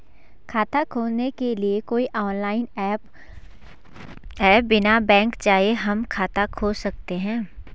खाता खोलने के लिए कोई ऑनलाइन ऐप है बिना बैंक जाये हम खाता खोल सकते हैं?